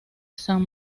san